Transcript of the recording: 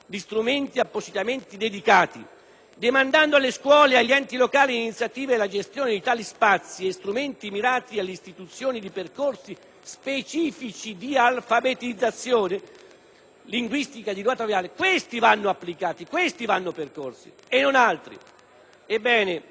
demandando alle scuole e agli enti locali iniziative per la gestione di tali spazi e strumenti mirati all'istituzione di percorsi specifici di alfabetizzazione linguistica. Questi sono gli strumenti che vanno applicati, queste le strade che vanno percorse, e non altre. Ebbene, siamo contrari